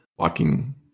Walking